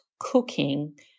cooking